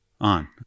on